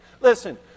listen